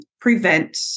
prevent